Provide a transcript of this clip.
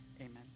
Amen